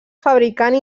fabricant